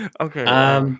Okay